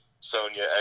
Sonya